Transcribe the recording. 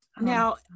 now